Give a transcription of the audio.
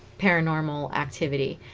paranormal activity